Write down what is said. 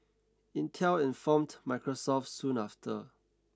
Intel informed Microsoft soon after